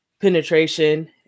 penetration